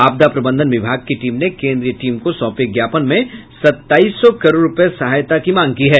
आपदा प्रबंधन विभाग की टीम ने केंद्रीय टीम को सौंपे ज्ञापन में सत्ताईस सौ करोड़ रूपये सहायता की मांग की है